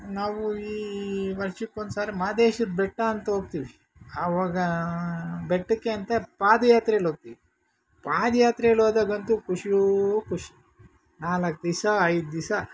ನಾವು ಈ ವರ್ಷಕ್ಕೊಂದು ಸಾರಿ ಮಾದೇಶದ ಬೆಟ್ಟ ಅಂತ ಹೋಗ್ತೀವಿ ಆವಾಗ ಬೆಟ್ಟಕ್ಕೆ ಅಂತ ಪಾದಯಾತ್ರೆಯಲ್ಲಿ ಹೋಗ್ತೀವಿ ಪಾದಯಾತ್ರೆಯಲ್ಲಿ ಹೋದಾಗಂತೂ ಖುಷಿಯೋ ಖುಷಿ ನಾಲ್ಕು ದಿವ್ಸ ಐದು ದಿವ್ಸ